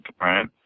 right